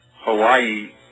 Hawaii